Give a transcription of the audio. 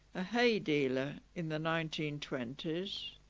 a hay dealer in the nineteen twenty s